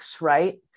right